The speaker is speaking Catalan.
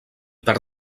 per